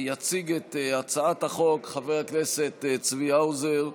יציג את הצעת החוק חבר הכנסת צבי האוזר.